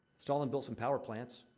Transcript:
stalin built some power plants.